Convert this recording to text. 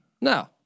No